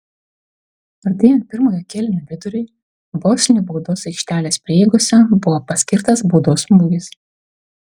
artėjant pirmojo kėlinio viduriui bosnių baudos aikštelės prieigose buvo paskirtas baudos smūgis